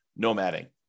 nomading